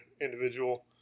individual